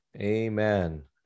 Amen